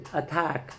attack